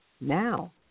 Now